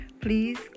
Please